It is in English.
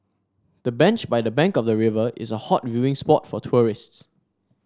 the bench by the bank of the river is a hot viewing spot for tourists